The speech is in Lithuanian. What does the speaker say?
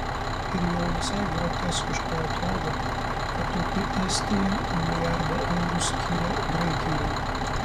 ir jau visai groteskiškai atrodo kad taupi estija milijardą eurų skiria graikijai